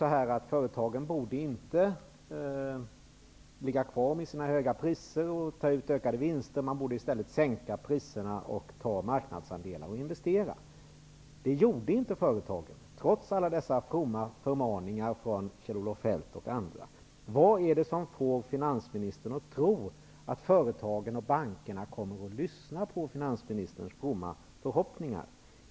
Man sade att företagen inte borde ligga kvar med sina höga priser och ta ut ökade vinster och att de i stället borde sänka priserna, ta marknadsandelar och investera. Det gjorde inte företagen, trots alla fromma förmaningar från t.ex. Kjell-Olof Feldt. Vad är det som får finansministern att tro att företagen och bankerna kommer att lyssna på finansministern när hon framför sina fromma förhoppningar?